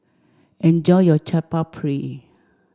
enjoy your Chaat Papri